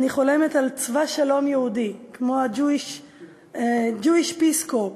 אני חולמת על צבא שלום יהודי, Jewish Peace Corps,